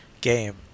game